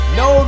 no